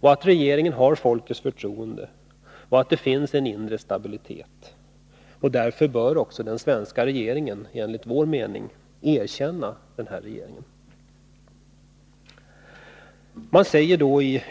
att regeringen har folkets förtroende och att det finns en inre stabilitet. Därför bör också den svenska regeringen enligt vår mening erkänna denna regering.